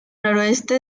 noroeste